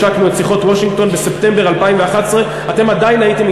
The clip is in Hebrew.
השקנו את שיחות וושינגטון בספטמבר 2011. אתם עדיין הייתם,